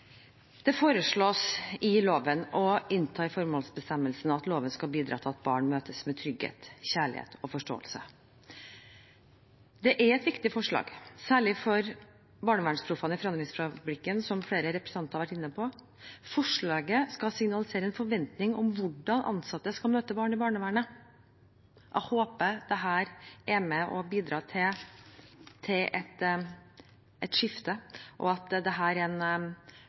Det foreslås i loven å innta i formålsbestemmelsen at loven skal bidra til at barn møtes med trygghet, kjærlighet og forståelse. Det er et viktig forslag, særlig for BarnevernsProffene i Forandringsfabrikken, som flere representanter har vært inne på. Forslaget skal signalisere en forventning om hvordan ansatte skal møte barn i barnevernet. Jeg håper dette er med og bidrar til et skifte, og at dette er en